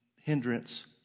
hindrance